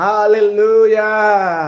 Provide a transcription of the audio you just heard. Hallelujah